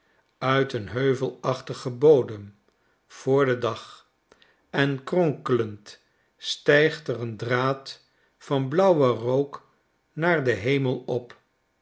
uit een heuvelachtigen bodem vpor den dag en kronkelend stijgt er een draad van blauwen rook naar den hemel op